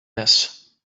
this